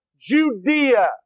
Judea